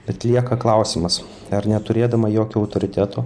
bet lieka klausimas ar neturėdama jokio autoriteto